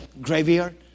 graveyard